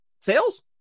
sales